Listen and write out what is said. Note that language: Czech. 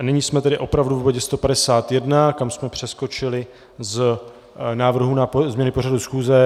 Nyní jsme tedy opravdu v bodě 151, kam jsme přeskočili z návrhů na změny pořadu schůze.